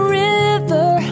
river